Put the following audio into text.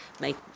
make